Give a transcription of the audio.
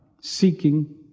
Seeking